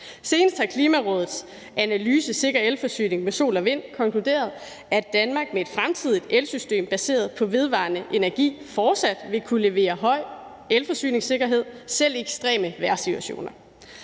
Senest har Klimarådets analyse »Sikker elforsyning med sol og vind« konkluderet, at Danmark med et fremtidigt elsystem baseret på vedvarende energi fortsat vil kunne levere høj elforsyningssikkerhed selv i ekstreme vejrsituationer.